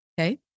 Okay